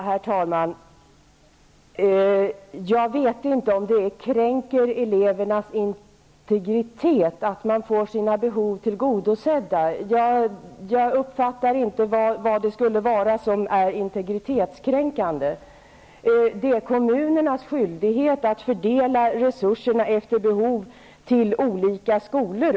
Herr talman! Jag vet inte om det kränker elevernas integritet att de får sina behov tillgodosedda. Jag uppfattar inte vad det är som skulle vara integritetskränkande. Det är kommunernas skyldighet att fördela resurserna efter behov till olika skolor.